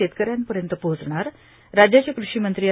शेतकऱ्यांपर्यत पोहोचणार राज्याचे कृषीमंत्री डॉ